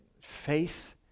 faith